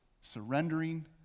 surrendering